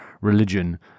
religion